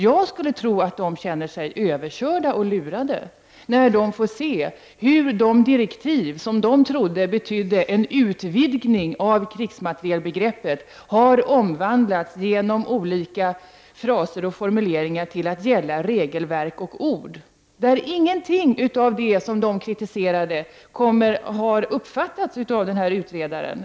Jag tror att de känner sig överkörda och lurade när de får se att det direktiv som de trodde skulle leda till utvidgning av krigsmaterielbegreppet har omvandlats genom olika fraser och formuleringar till att gälla regelverk och ord. Ingenting av det de kritiserade har uppfattats av utredaren.